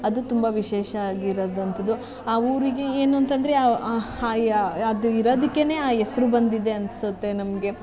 ಅದು ತುಂಬ ವಿಶೇಷ ಆಗಿರುದುವಂಥದ್ದು ಆ ಊರಿಗೆ ಏನು ಅಂತಂದರೆ ಅದು ಇರೋದಕ್ಕೆನೇ ಆ ಹೆಸ್ರು ಬಂದಿದೆ ಅನಿಸುತ್ತೆ ನಮಗೆ